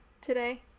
today